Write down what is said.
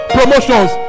promotions